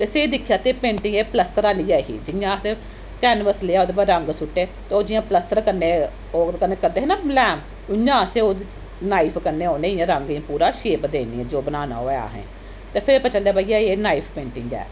ते स्हेई दिक्खेआ ते पेंटिंग एह् प्लसतर आह्ली गै ही जियां असें कैनवस लेआ ओह्दे पर रंग सु'ट्टे ते ओह् जि'यां प्लसतर कन्नै ओह् ओह्दे कन्नै करदे हे ना मुलायम इ'यां असें ओह्दे च नाइफ कन्नै उ'नें गी रंगें गी पूरा शेप देनी ऐ जो बनाना होऐ असें ते फिर पता चलेआ भाई एह् नाइफ पेंटिंग ऐ